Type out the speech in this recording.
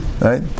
Right